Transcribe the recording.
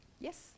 Yes